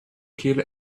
kill